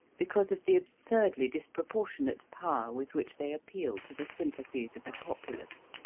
because of the absurdly disproportionate power with which they appeal to the sympathies of the populace.